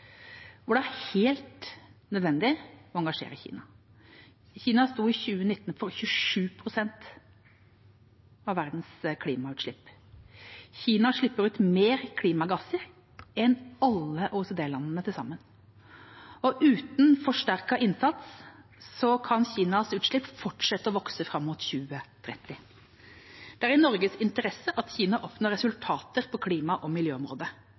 hvor det er helt nødvendig å engasjere Kina. Kina sto i 2019 for 27 pst. av verdens klimagassutslipp. Kina slipper ut mer klimagasser enn alle OECD-landene til sammen, og uten forsterket innsats kan Kinas utslipp fortsette å vokse fram mot 2030. Det er i Norges interesse at Kina oppnå resultater på klima- og miljøområdet.